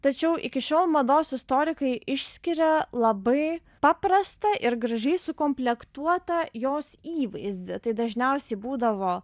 tačiau iki šiol mados istorikai išskiria labai paprastą ir gražiai sukomplektuotą jos įvaizdį tai dažniausiai būdavo